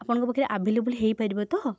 ଆପଣଙ୍କ ପାଖରେ ଆଭେଲେବୁଲ୍ ହେଇପାରିବ ତ